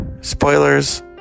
Spoilers